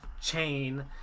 chain